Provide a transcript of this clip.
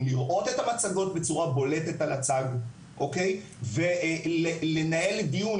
לראות את המצגות בצורה בולטת על הצג ולנהל דיון,